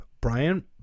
Brian